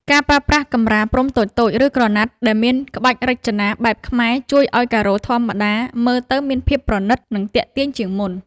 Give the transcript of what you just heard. ការប្រើប្រាស់កម្រាលព្រំតូចៗ ឬក្រណាត់ដែលមានក្បាច់រចនាបែបខ្មែរ ជួយឱ្យការ៉ូធម្មតាមើលទៅមានភាពប្រណីត និងទាក់ទាញជាងមុន។